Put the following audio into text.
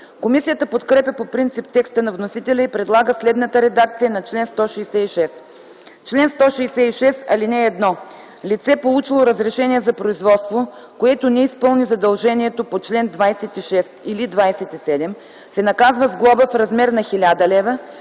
Комисията подкрепя по принцип текста на вносителя и предлага следната редакция на чл. 166: „Чл. 166. (1) Лице, получило разрешение за производство, което не изпълни задължението по чл. 26 или 27, се наказва с глоба в размер на 1000 лв.